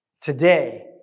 Today